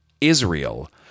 Israel